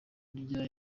kurya